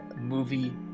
movie